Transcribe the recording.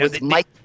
Mike